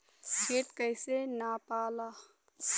खेत कैसे नपाला?